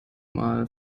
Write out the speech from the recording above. einmal